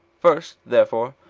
first, therefore,